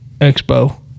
expo